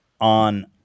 on